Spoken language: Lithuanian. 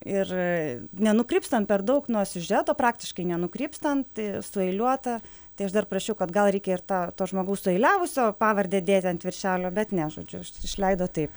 ir nenukrypstant per daug nuo siužeto praktiškai nenukrypstant sueiliuota tai aš dar parašiau kad gal reikia ir tą to žmogaus sueiliavusio pavardę dėti ant viršelio bet ne žodžiu aš išleido taip